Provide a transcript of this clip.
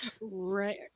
right